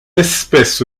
espèce